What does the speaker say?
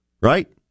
right